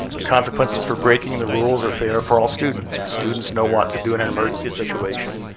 the consequences for breaking the rules are fair for all students, and students know what to do in an emergency situation.